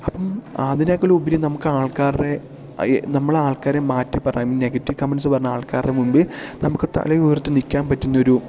അപ്പം അതിനേക്കാളുപരി നമുക്ക് ആൾക്കാരുടെ അയ്യേ നമ്മൾ ആൾക്കാരെ മാറ്റിപ്പറയാൻ നെഗറ്റീവ് കമെൻറ്റ്സ് പറഞ്ഞ് ആൾക്കാരുടെ മുൻപിൽ നമുക്ക് തലയുയർത്തി നിൽക്കാൻ പറ്റുന്ന ഒരു